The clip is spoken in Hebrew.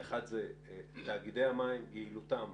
האחת זה תאגידי המים, יעילותם,